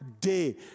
day